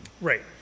Right